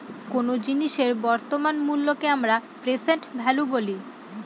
কোন জিনিসের বর্তমান মুল্যকে আমরা প্রেসেন্ট ভ্যালু বলি